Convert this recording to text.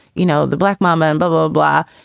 you know, the black mama, and bobo, blah.